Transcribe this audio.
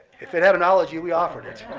if it had an ology, we offered its.